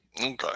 okay